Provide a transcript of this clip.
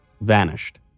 vanished